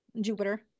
jupiter